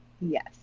Yes